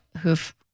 who've